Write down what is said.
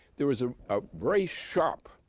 there is a very sharp,